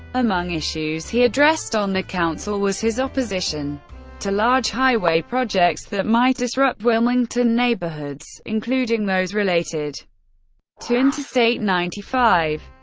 among issues he addressed on the council was his opposition to large highway projects that might disrupt wilmington neighborhoods, including those related to interstate ninety five.